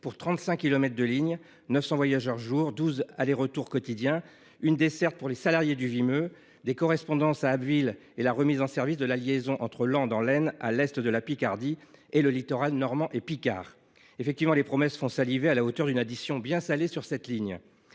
pour 35 kilomètres de lignes, 900 voyageurs par jour, 12 allers retours quotidiens, une desserte pour les salariés du Vimeu, des correspondances à Abbeville et la remise en service de la liaison entre Laon, dans l’Aisne, à l’est de la Picardie, et le littoral normand et picard. Si les promesses font saliver, l’addition est bien salée ! Le vent